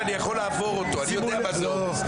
אני יודע מה זה עומס.